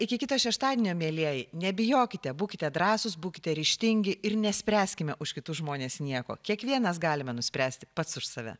iki kito šeštadienio mielieji nebijokite būkite drąsūs būkite ryžtingi ir nespręskime už kitus žmones nieko kiekvienas galime nuspręsti pats už save